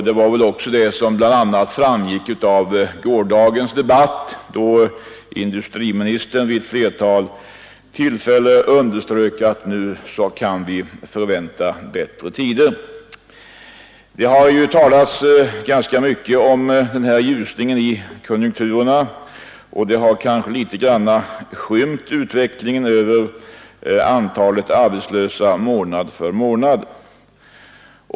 Det sista framgick ju också av gårdagens debatt. Vid ett flertal tillfällen underströk industriministern att nu kan vi vänta bättre tider. Det har ju talats ganska mycket om den här ljusningen i konjunkturerna, och detta har kanske något skymt uppgifterna om antalet arbetslösa månad för månad.